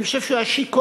אני חושב שהוא היה שיכור,